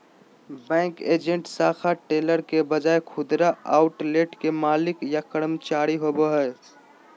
bank agent शाखा teller के बजाय खुदरा आउटलेट के मालिक या कर्मचारी होवो हइ